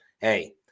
hey